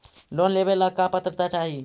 Loan लेवेला का पात्रता चाही?